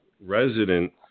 resident